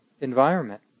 environment